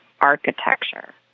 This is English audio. architecture